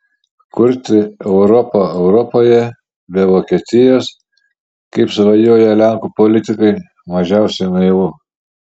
kurti europą europoje be vokietijos kaip svajoja lenkų politikai mažiausiai naivu